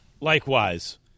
Likewise